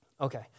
Okay